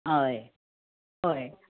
हय हय